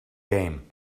game